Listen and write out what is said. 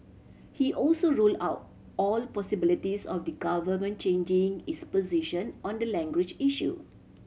he also rule out all possibilities of the Government changing its position on the language issue